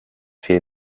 viel